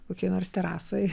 kokioj nors terasoj